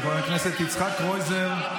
של חבר הכנסת יצחק קרויזר,